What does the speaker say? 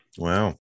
Wow